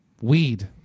weed